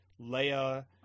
Leia